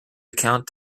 account